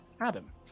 Adam